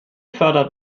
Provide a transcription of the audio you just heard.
fördert